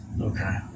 Okay